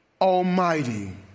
almighty